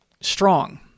strong